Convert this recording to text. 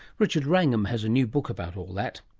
richard wrangham has a new book about all that.